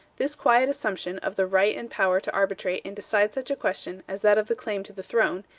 this quiet assumption of the right and power to arbitrate and decide such a question as that of the claim to the throne,